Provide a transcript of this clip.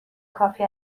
کافی